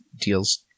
Deals